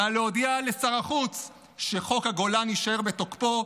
נא להודיע לשר החוץ שחוק הגולן יישאר בתוקפו.